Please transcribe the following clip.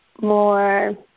more